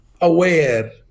aware